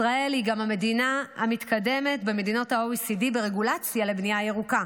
ישראל היא גם המדינה המתקדמת במדינות ה-OECD ברגולציה בבנייה הירוקה.